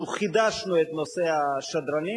אנחנו חידשנו את נושא השדרנים.